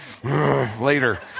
later